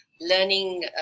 learning